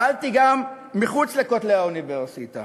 פעלתי גם מחוץ לכותלי האוניברסיטה